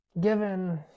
given